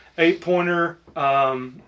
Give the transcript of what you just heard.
Eight-pointer